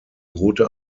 rote